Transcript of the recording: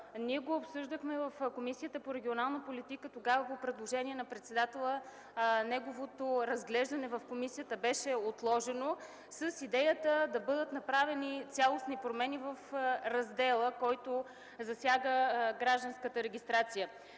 Ние го обсъждахме в Комисията по регионална политика и местно самоуправление. Тогава, по предложение на председателя, неговото разглеждане в комисията беше отложено с идеята да бъдат направени цялостни промени в раздела, който засяга гражданската регистрация.